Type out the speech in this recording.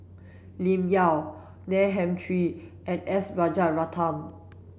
Lim Yau Neil Humphreys and S Rajaratnam